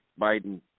Biden